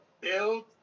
build